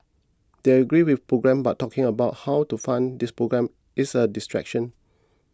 they agree with programmes but talking about how to fund these programmes is a distraction